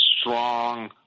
strong